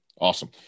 Awesome